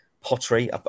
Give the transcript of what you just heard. pottery